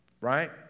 Right